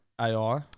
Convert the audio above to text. ai